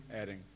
adding